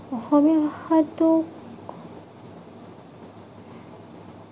অসমীয়া ভাষাটোক